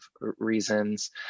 reasons